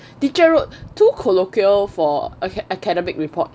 teacher wrote too colloquial for academic report